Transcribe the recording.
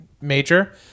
major